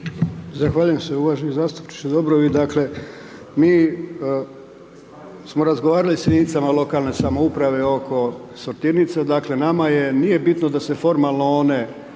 Zahvaljujem se uvaženi zastupniče Dobrović. Dakle mi smo razgovarali sa jedinicama lokalne samouprave oko sortirnica. Dakle nama je, nije bitno da se formalno one